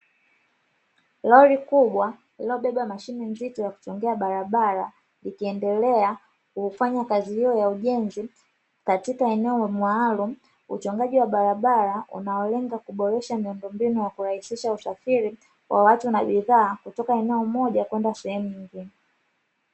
Gari kubwa lililobeba mashine nzito ya kuchongea barabara ikiendelea kufanya kazi hiyo ya ujenzi katika eneo maalumu. Uchongaji wa barabara unaolenga kuboresha miundombinu nakurahisisha usafiri wa watu na bidhaa kutoka eneo moja kwenda jingine.